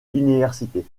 université